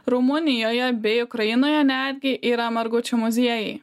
rumunijoje bei ukrainoje netgi yra margučių muziejai